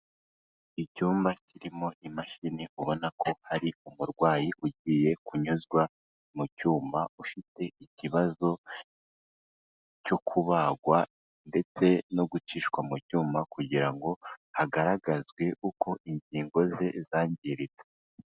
Icyumba kirimo imashini ubona ko ari umurwayi ugiye kunyuzwa mu cyuma ufite ikibazo cyo kubagwa ndetse no gucishwa mu cyuma kugira ngo hagaragazwe uko ingingo ze zangiritse.